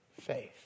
faith